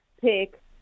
pick